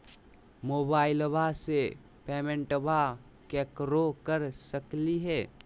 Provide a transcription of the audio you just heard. मोबाइलबा से पेमेंटबा केकरो कर सकलिए है?